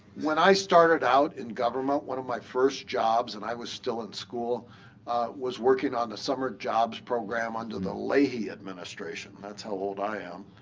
when i started out in government, one of my first jobs and i was still in school was working on the summer jobs program under the leahy administration. that's how old i am.